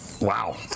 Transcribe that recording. Wow